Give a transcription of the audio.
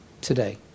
today